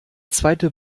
zweite